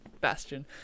Bastion